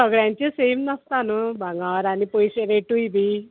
सगळ्यांचे सेम नासता न्हू भांगर आनी पयशे रेटूय बी